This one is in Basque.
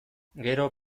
gero